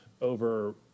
over